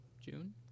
June